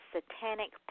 Satanic